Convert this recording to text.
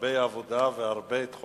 הרבה עבודה ועוד הרבה תחומים